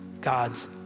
God's